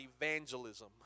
evangelism